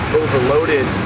overloaded